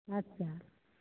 अच्छा